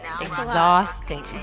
Exhausting